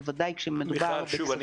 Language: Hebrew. בוודאי כשמדובר בכספים שהם מוציאים מכספם.